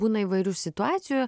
būna įvairių situacijų